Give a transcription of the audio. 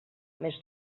més